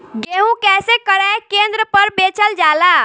गेहू कैसे क्रय केन्द्र पर बेचल जाला?